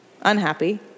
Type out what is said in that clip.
unhappy